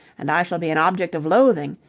and i shall be an object of loathing,